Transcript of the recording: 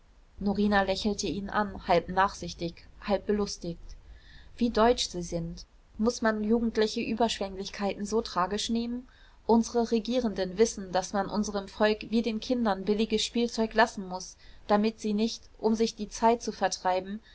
norina lächelte ihn an halb nachsichtig halb belustigt wie deutsch sie sind muß man jugendliche überschwenglichkeiten so tragisch nehmen unsere regierenden wissen daß man unserem volk wie den kindern billiges spielzeug lassen muß damit sie nicht um sich die zeit zu vertreiben